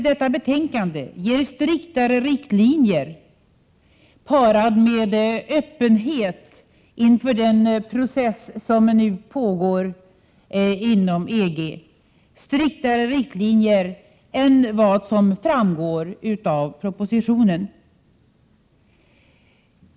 Detta betänkande föreslår striktare riktlinjer än propositionen gör — parade med öppenhet inför den process som nu pågår inom EG.